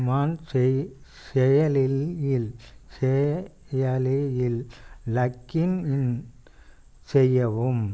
உமாங் செய் செயலியில் செயலியில் லக்கின் செய்யவும்